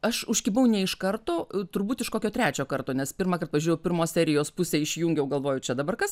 aš užkibau ne iš karto turbūt iš kokio trečio karto nes pirmąkart pažiūrėjau pirmos serijos pusę išjungiau galvoju čia dabar kas